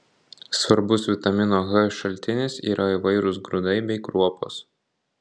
svarbus vitamino h šaltinis yra įvairūs grūdai bei kruopos